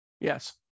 Yes